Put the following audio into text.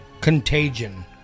Contagion